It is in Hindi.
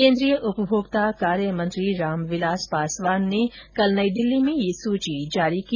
केन्द्रीय उपभोक्ता कार्यमंत्री रामविलास पासवान ने कल नई दिल्ली में यह सूची जारी की